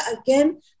again